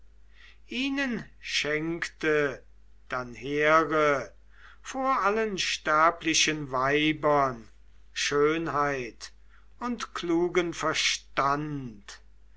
ihnen schenkte dann here vor allen sterblichen weibern schönheit und klugen verstand